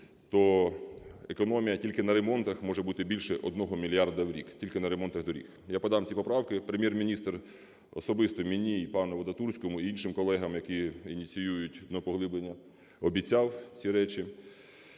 то економія тільки на ремонтах може бути більше 1 мільярда в рік, тільки на ремонтах доріг. Я подам ці поправки. Прем'єр-міністр особисто мені і пану Вадатурському, і іншим колегам, які ініціюють поглиблення, обіцяв ці речі